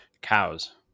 Cows